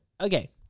okay